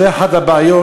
זו אחת הבעיות,